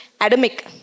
Adamic